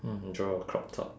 mm draw a crop top